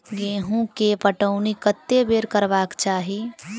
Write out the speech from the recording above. गेंहूँ केँ पटौनी कत्ते बेर करबाक चाहि?